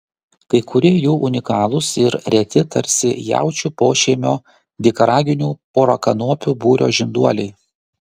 kai kurie jų unikalūs ir reti tarsi jaučių pošeimio dykaraginių porakanopių būrio žinduoliai